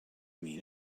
mean